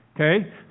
Okay